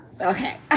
Okay